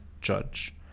judge